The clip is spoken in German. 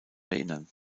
erinnern